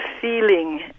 feeling